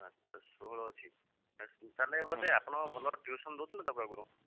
ଆଚ୍ଛା ଷୋହଳ ଅଛି ତାହେଲେ ବୋଧେ ଆପଣ ଭଲ ଟ୍ୟୁସନ୍ ଦେଉଥିଲେ ତା'କୁ ଆଗରୁ